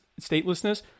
statelessness